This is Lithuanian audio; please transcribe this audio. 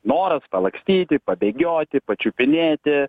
noras palakstyti pabėgioti pačiupinėti